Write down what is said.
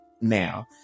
now